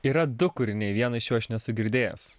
yra du kūriniai vieno iš jų aš nesu girdėjęs